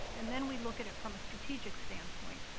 and then we look at it from a strategic standpoint.